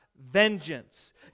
vengeance